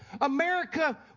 America